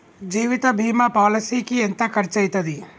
జీవిత బీమా పాలసీకి ఎంత ఖర్చయితది?